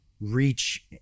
reach